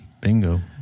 Bingo